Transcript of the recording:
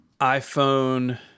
iPhone